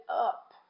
up